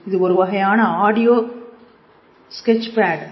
இது ஒருவகையான audio speech bad